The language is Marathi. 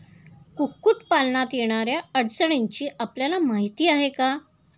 कुक्कुटपालनात येणाऱ्या अडचणींची आपल्याला माहिती आहे का?